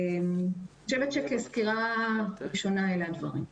אני חושבת כסקירה ראשונה אלה הם הדברים.